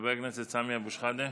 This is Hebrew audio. חבר הכנסת סמי אבו שחאדה?